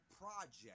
project